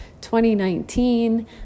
2019